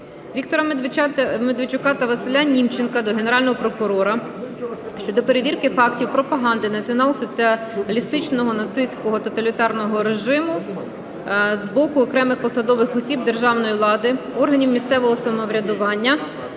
Віктора Медведчука та Василя Німченка до Генерального прокурора щодо перевірки фактів пропаганди націонал-соціалістичного (нацистського) тоталітарного режиму з боку окремих посадових осіб державної влади, органів місцевого самоврядування,